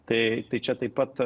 tai tai čia taip pat